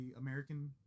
american